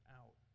out